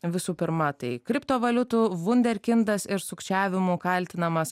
visų pirma tai kriptovaliutų vunderkindas ir sukčiavimu kaltinamas